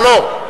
לא,